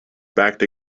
backed